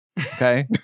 Okay